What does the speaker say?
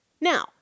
Now